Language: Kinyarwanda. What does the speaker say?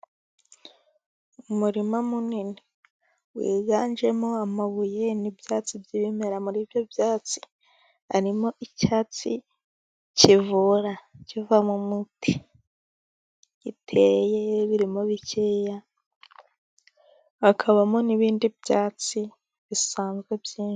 Umurima munini wiganjemo amabuye n'ibyatsi by'ibimera, muri ibyo byatsi harimo icyatsi kivura kivamo umuti, giteye birimo bikeya hakabamo n'ibindi byatsi bisanzwe byinshi.